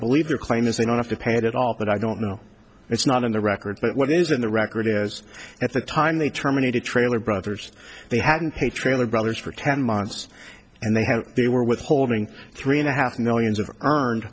believe their claim is they don't have to pay it at all but i don't know it's not in the record but what is in the record is at the time they terminated trailer brothers they hadn't paid trailer brothers for ten months and they had they were withholding three and a half millions of earn